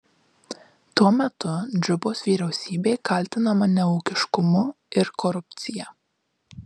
tuo metu džubos vyriausybė kaltinama neūkiškumu ir korupcija